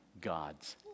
God's